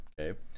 okay